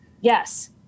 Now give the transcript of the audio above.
Yes